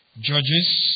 Judges